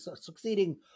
succeeding